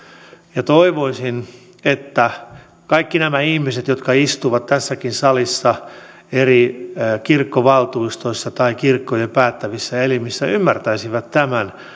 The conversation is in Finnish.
ja toivoisin että kaikki nämä ihmiset jotka istuvat tässäkin salissa eri kirkkovaltuustoissa tai kirkkojen päättävissä elimissä ymmärtäisivät tämän